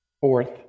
Fourth